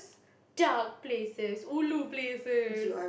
dark places ulu places